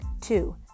Two